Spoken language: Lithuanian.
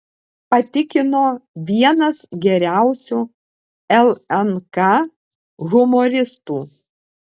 patikino vienas geriausių lnk humoristų